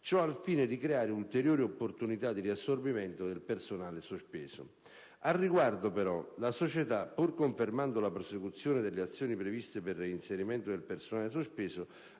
ciò al fine di creare ulteriori opportunità di riassorbimento del personale sospeso. Al riguardo, però, la società, pur confermando la prosecuzione delle azioni previste per il reinserimento del personale sospeso,